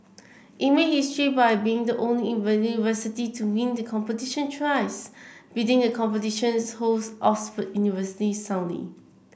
it made history by being the only university to win the competition thrice beating a competition's host Oxford University soundly